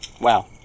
Wow